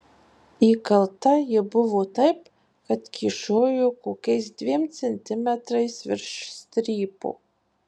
įkalta ji buvo taip kad kyšojo kokiais dviem centimetrais virš strypo